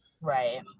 Right